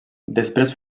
després